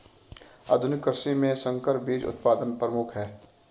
आधुनिक कृषि में संकर बीज उत्पादन प्रमुख है